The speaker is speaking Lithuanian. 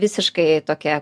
visiškai tokia